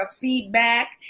feedback